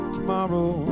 Tomorrow